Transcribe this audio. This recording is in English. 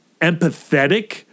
empathetic